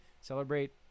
celebrate